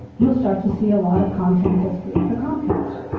you'll start to see a lot of content that's good for comcast.